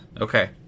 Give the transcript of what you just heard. Okay